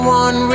one